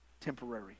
temporary